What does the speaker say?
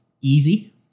easy